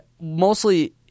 mostly